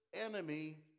enemy